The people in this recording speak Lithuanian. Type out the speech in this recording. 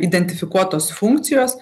identifikuotos funkcijos